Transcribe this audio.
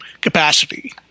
capacity